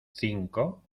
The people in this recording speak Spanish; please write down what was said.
cinco